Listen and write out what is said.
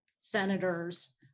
senators